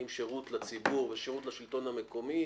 עם שירות לציבור ושירות לשלטון המקומי.